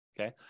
okay